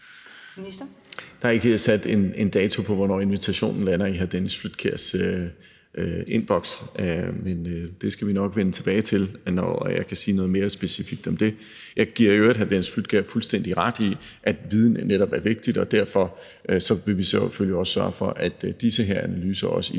Der er ikke sat en dato på, hvornår invitationen lander i hr. Dennis Flydtkjærs indboks. Men det skal vi nok vende tilbage til, når jeg kan sige noget mere specifikt om det. Jeg giver i øvrigt hr. Dennis Flydtkjær fuldstændig ret i, at viden netop er vigtig. Og derfor vil vi selvfølgelig også sørge for, at disse analyser i